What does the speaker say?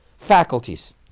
faculties